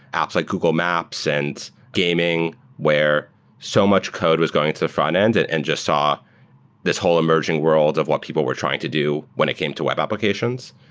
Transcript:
apps like google maps and gaming where so much code was going to the frontend and and just saw this whole emerging world of what people were trying to do when it came to web applications.